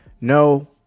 No